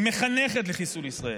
היא מחנכת לחיסול ישראל,